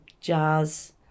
Jazz